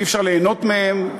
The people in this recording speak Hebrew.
אי-אפשר ליהנות מהם,